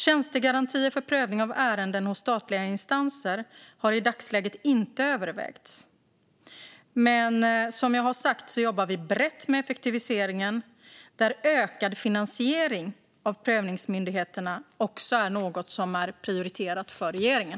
Tjänstegarantier för prövning av ärenden hos statliga instanser har i dagsläget inte övervägts. Men som jag har sagt jobbar vi brett med effektiviseringen, där ökad finansiering av prövningsmyndigheterna också är något som är prioriterat för regeringen.